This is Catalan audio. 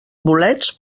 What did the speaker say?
bolets